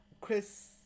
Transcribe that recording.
chris